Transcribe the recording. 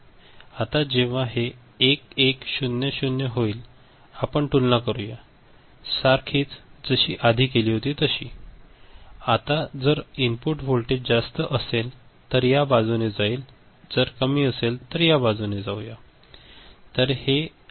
आता जेव्हा हे 1 1 0 0 होईल आपण तुलना करूया सारखीच जशी आधी केली तशी आता जर इनपुट वोल्टेज जास्त असेल तर या बाजूने जाईल आणि जर कमी असेल तर आपण या बाजूने जाऊया